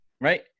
Right